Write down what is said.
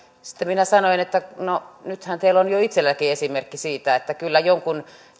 sitten minä sanoin että no nythän teillä on jo itselläkin esimerkki siitä että kyllä jonkun